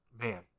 man